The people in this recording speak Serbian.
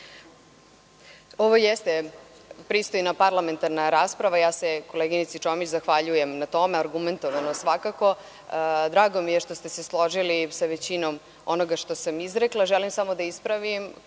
Ovo jeste pristojna parlamentarna rasprava, ja se koleginici Čomić zahvaljujem na tome. Argumentovano svakako. Drago mi je što ste se složili sa većinom onoga što sam izrekla. Želim samo da ispravim,